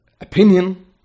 opinion